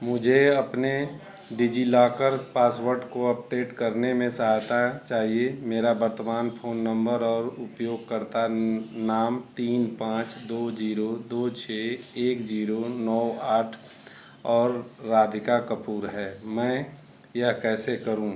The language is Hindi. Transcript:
मुझे अपने डिजिलॉकर पासवर्ड को अपडेट करने में सहायता चाहिए मेरा वर्तमान फ़ोन नम्बर और उपयोगकर्ता नाम तीन पाँच दो जीरो दो छः एक जीरो एक जीरो नौ आठ और राधिका कपूर हैं मैं यह कैसे करूं